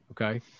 Okay